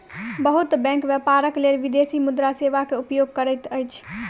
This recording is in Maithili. बहुत बैंक व्यापारक लेल विदेशी मुद्रा सेवा के उपयोग करैत अछि